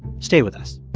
stay with us